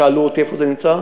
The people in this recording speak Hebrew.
שאלו אותי איפה זה נמצא,